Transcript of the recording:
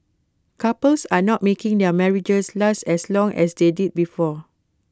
couples are not making their marriages last as long as they did before